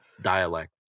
dialect